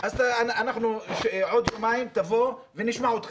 אז עוד יומיים תבוא ונשמע אותך.